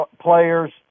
players